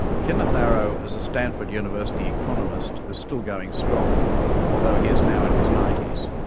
kenneth arrow is a stanford university economist who is still going strong although he is now in his ninety s.